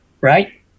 Right